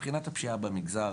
מבחינת הפשיעה במגזר,